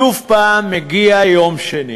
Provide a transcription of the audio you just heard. שוב פעם מגיע יום שני